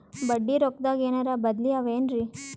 ಬಡ್ಡಿ ರೊಕ್ಕದಾಗೇನರ ಬದ್ಲೀ ಅವೇನ್ರಿ?